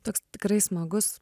toks tikrai smagus